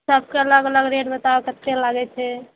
सबके अलग अलग रेट बताउ कते लगय छै